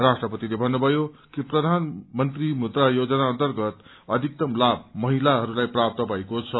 राष्ट्रपतिले भन्नुभयो कि प्रधानमन्त्री मुद्रा योजना अन्तर्गत अधिकतम लाभ महिलाहरूलाई प्राप्त भएको छ